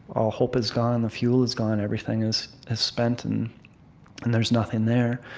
all hope is gone, and the fuel is gone, everything is spent, and and there's nothing there.